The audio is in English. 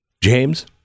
James